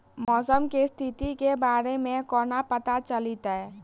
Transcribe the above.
मौसम केँ स्थिति केँ बारे मे कोना पत्ता चलितै?